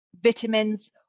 vitamins